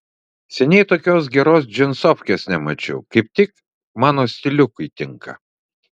seniai tokios geros džinsofkės nemačiau kaip tik mano stiliukui tinka